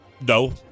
No